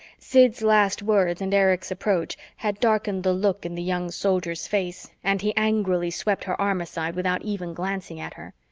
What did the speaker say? sid's last words and erich's approach had darkened the look in the young soldier's face and he angrily swept her arm aside without even glancing at her.